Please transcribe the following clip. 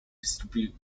distribute